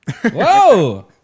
Whoa